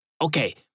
Okay